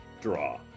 draw